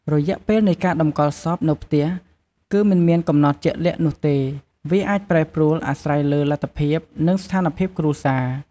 រយៈពេលនៃការតម្កល់សពនៅផ្ទះ គឺមិនមានកំណត់ជាក់លាក់នោះទេ វាអាចប្រែប្រួលអាស្រ័យលើលទ្ធភាព និងស្ថានភាពគ្រួសារ។